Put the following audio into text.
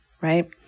right